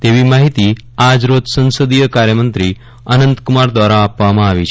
તેવી માહિતી આજ રોજ સંસદીય કાર્ય મંત્રી અનંતકુમાર દ્વારા આપવામાં આવી છે